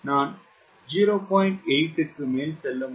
8 க்கு மேல் செல்ல முடியும்